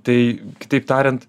tai kitaip tariant